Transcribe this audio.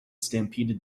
stampeded